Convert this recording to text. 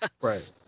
right